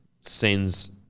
sends